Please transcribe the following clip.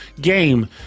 Game